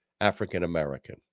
african-american